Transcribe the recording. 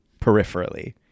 peripherally